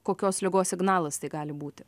kokios ligos signalas tai gali būti